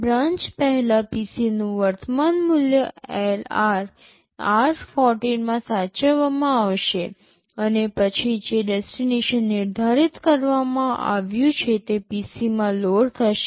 branch પહેલા PC નું વર્તમાન મૂલ્ય LR માં સાચવવામાં આવશે અને પછી જે ડેસ્ટિનેશન નિર્ધારિત કરવામાં આવ્યું છે તે PC માં લોડ થશે